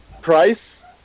price